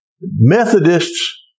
Methodists